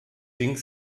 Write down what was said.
ging